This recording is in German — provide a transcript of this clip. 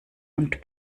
und